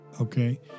okay